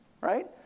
right